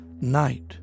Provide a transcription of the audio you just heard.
night